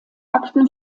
akten